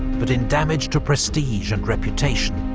but in damage to prestige and reputation.